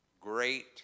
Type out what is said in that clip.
great